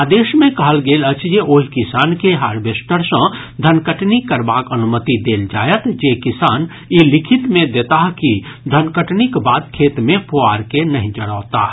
आदेश मे कहल गेल अछि जे ओहि किसान के हार्वेस्टर सँ धनकटनी करबाक अनुमति देल जायत जे किसान ई लिखित मे देताह कि धनकटनीक बाद खेत मे पोआर के नहि जरौताह